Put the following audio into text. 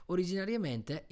Originariamente